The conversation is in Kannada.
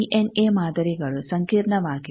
ವಿಎನ್ಎ ಮಾದರಿಗಳು ಸಂಕೀರ್ಣವಾಗಿವೆ